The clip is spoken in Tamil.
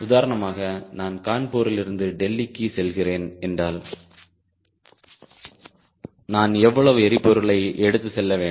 உதாரணமாக நான் கான்பூரிலிருந்து டெல்லிக்குச் செல்கிறேன் என்றால் நான் எவ்வளவு எரிபொருளை எடுத்துச் செல்ல வேண்டும்